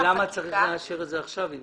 למה צריך לאשר את זה עכשיו.